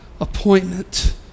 appointment